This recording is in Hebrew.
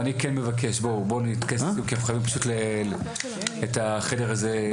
בואו נתכנס לסיכום כי אנחנו חייבים פשוט את החדר הזה.